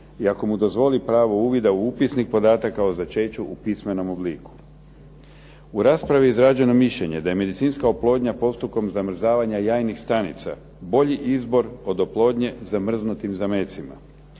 i ako mu dozvoli pravo uvida u upisnik podataka o začeću u pismenom obliku. U raspravi je izrađeno mišljenje da je medicinska oplodnja postupkom zamrzavanja jajnih stanica bolji izbor od oplodnje zamrznutim zametcima.